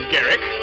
Garrick